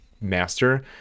master